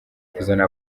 kuzana